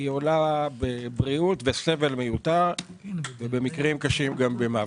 היא עולה בבריאות וסבל מיותר ובמקרים קשים גם במוות.